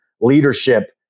leadership